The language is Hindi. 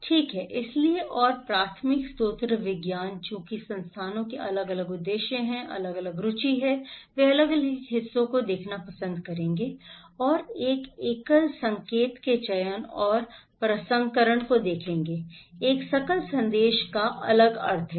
ठीक है इसलिए और प्राथमिक स्रोत विज्ञान चूंकि संस्थानों के अलग अलग उद्देश्य हैं अलग अलग रुचि है वे अलग अलग हिस्सों को देखना पसंद करेंगे और एक एकल संकेत के चयन और प्रसंस्करण को देखेंगे एक एकल संदेश का अलग अर्थ है